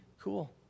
cool